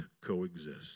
coexist